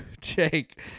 Jake